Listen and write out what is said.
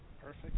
Perfect